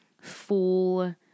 full